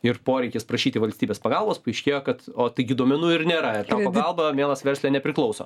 ir poreikis prašyti valstybės pagalbos paaiškėjo kad o taigi duomenų ir nėra ta pagalba mielas versle nepriklauso